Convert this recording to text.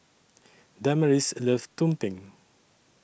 Damaris loves Tumpeng